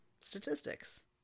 statistics